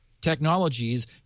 technologies